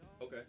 Okay